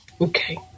Okay